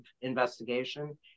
investigation